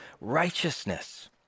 righteousness